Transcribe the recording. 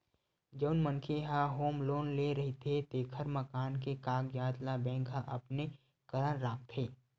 जउन मनखे ह होम लोन ले रहिथे तेखर मकान के कागजात ल बेंक ह अपने करन राखथे